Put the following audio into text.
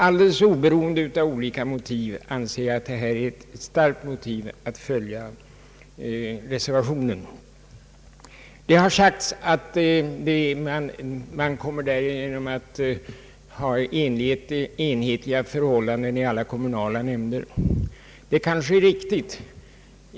Alldeles oavsett de olika motiv som kan anföras för utskottets hemställan anser jag detta vara ett starkt skäl för att följa reservationen. Det har sagts att ett beslut i enlighet med utskottets hemställan medför enhetliga förhållanden i alla kommunala nämnder, och det är kanske riktigt.